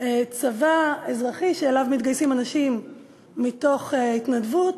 צבא אזרחי שמתגייסים אליו אנשים מתוך התנדבות,